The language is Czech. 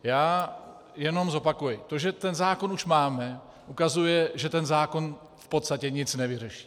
Já jenom zopakuji, to, že ten zákon už máme, ukazuje, že ten zákon v podstatě nic nevyřeší.